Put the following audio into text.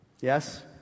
Yes